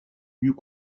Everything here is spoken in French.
mieux